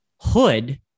hood